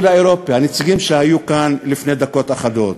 הנציגים שהיו כאן לפני דקות אחדות?